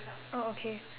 oh okay